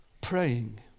praying